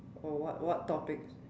oh what what topic